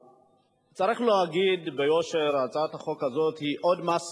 צריך להגיד ביושר שהצעת החוק הזאת היא עוד מס